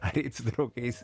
ar eit su draugais